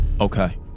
okay